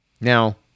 Now